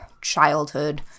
childhood